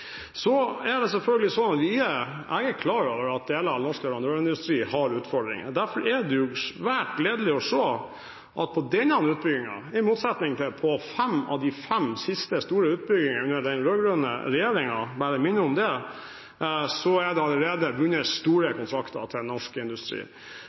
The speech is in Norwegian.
Så er det selvfølgelig slik at jeg er klar over at deler av norsk leverandørindustri har utfordringer, og derfor er det jo svært gledelig å se at på denne utbyggingen – i motsetning til på fem av de fem siste store utbyggingene under den rød-grønne regjeringen, jeg bare minner om det – er det allerede vunnet store kontrakter til norsk industri.